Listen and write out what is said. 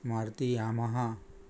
Maruti Yamaha